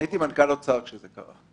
הייתי מנכ"ל האוצר כשזה קרה.